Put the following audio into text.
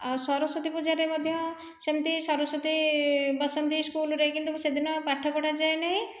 ଆଉ ସରସ୍ଵତୀ ପୂଜାରେ ମଧ୍ୟ ସେମିତି ସରସ୍ଵତୀ ବସନ୍ତି ସ୍କୁଲ୍ରେ କିନ୍ତୁ ସେଦିନ ପାଠ ପଢ଼ାଯାଏ ନାହିଁ